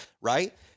right